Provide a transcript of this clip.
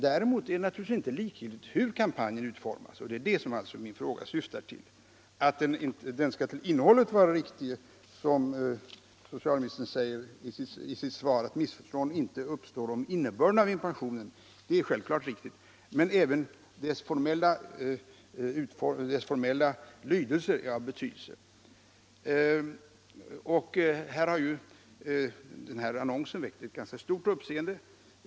Däremot är det inte likgiltigt hur kampanjen utformas, och det är det som min fråga syftar till. Att den skall till innehållet vara riktig, som socialministern säger i sitt svar, så att missförstånd inte uppstår om innebörden av informationen är självfallet väsentligt, men även den formella lydelsen är av betydelse. Den annons som det gäller har väckt ett ganska stort uppseende.